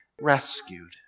rescued